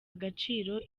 agaciro